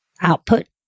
output